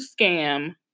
scam